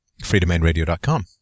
FreeDomainRadio.com